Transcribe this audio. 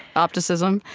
opticism,